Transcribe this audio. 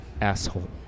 asshole